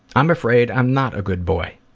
i'm afraid i'm not a good boy.